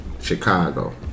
Chicago